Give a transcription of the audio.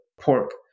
pork